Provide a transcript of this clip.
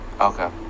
Okay